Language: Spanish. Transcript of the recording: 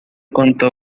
contó